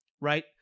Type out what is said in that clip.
right